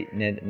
net